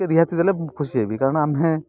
ରିହାତି ଦେଲେ ଖୁସି ହେବି କାରଣ ଆମେ